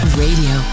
radio